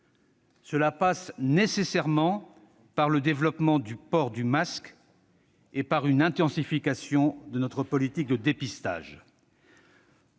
Cela passe nécessairement par le développement du port du masque et une intensification de notre politique de dépistage.